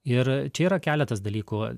ir čia yra keletas dalykų